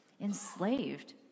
enslaved